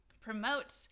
promote